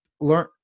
learn